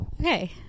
Okay